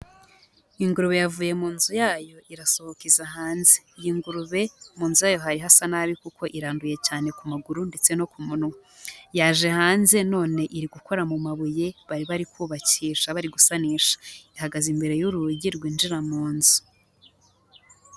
Ingurube yavuye mu nzu yayo irasohoka iza hanze. Iyi ngurube mu nzu yayo hari hasa nabi kuko iranduye cyane ku maguru ndetse no ku munwa. Yaje hanze none iri gukora mu mabuye bari bari kubakisha bari gusanisha, ihagaze imbere y'urugi rwinjira mu nzu.